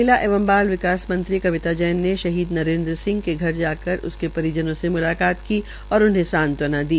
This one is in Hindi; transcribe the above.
महिला एवं बाल विकास मंत्री कविता जैन ने शहीदी नरेन्द्र सिंह के घर जाकर उसके परिजनों से म्लकात की और उन्हें सांत्वना दी